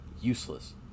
Useless